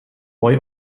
boy